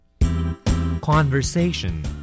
Conversation